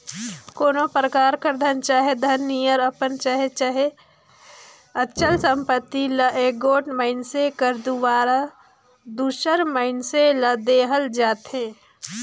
कोनो परकार कर धन चहे धन नियर अपन चल चहे अचल संपत्ति ल एगोट मइनसे कर दुवारा दूसर मइनसे ल देहल जाथे